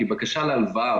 היא בקשה להלוואה.